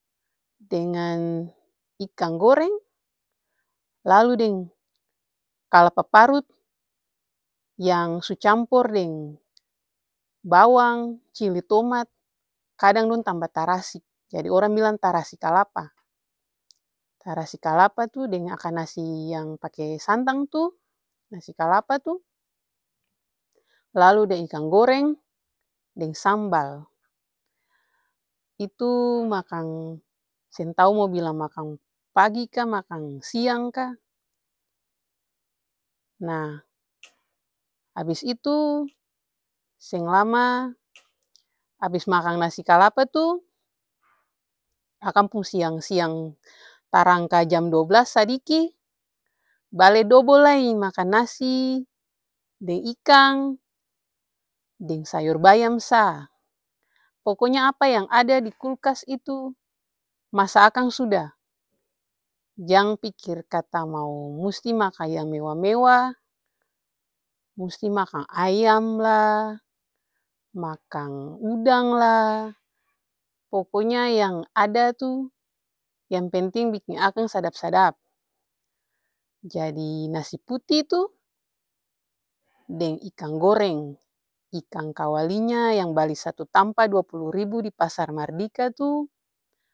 Dengan ikang goreng lalu deng kalapa paru yang su campor deng bawang, cili tomat, kadang dong tamba tarasi jadi orang bilang tarasi kalapa. Tarasi kalapa tuh deng akang nasi yang pake santang tuh nasi kalapa tuh lalu deng ikang goreng deng sambal. Itu makang seng tau mo bilang makang pagi ka makang siang ka, nah abis itu seng lama abis makang nasi kalapa tuh akang pung siang-siang tarangka duablas sadiki bale dobol lai makang nasi, deng ikang, deng sayor bayam sa pokonya apa yang ada dikulkas itu masa akang suda jang pikir kata mau musti makang yang mewa-mewah, musti makang ayam lah, makang udang lah pokonya yang ada tuh yang penting biking akang sadap-sadap. Jadi nasi puti tuh deng ikang goreng ikang kawalinya yang bali satu dampa dua pulu ribu dipasar mardika tuh.